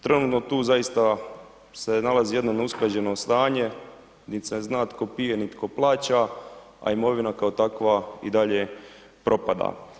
Trenutno tu zaista se nalazi jedno neusklađeno stanje, nit se zna tko pije, ni tko plaća, a imovina kao takva i dalje propada.